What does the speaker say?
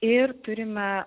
ir turime